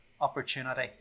opportunity